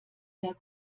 der